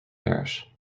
parish